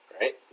right